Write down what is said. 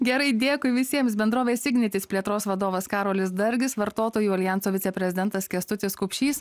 gerai dėkui visiems bendrovės ignitis plėtros vadovas karolis dargis vartotojų aljanso viceprezidentas kęstutis kupšys